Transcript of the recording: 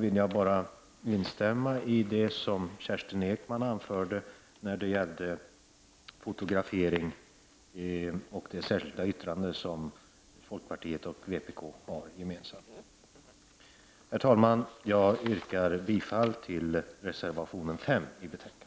vill jag bara instämma i det som Kerstin Ekman anförde när det gällde fotografering och när det gällde det särskilda yttrande som folkpartiet och vpk har gemensamt. Herr talman! Jag yrkar bifall till reservation 5 i betänkandet.